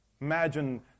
Imagine